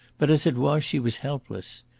but as it was she was helpless.